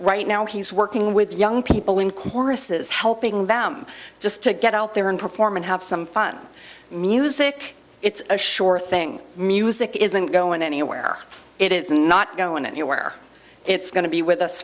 right now he's working with young people in choruses helping them just to get out there and perform and have some fun music it's a sure thing music isn't going anywhere it is not going anywhere it's going to be with us